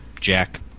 Jack